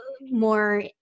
more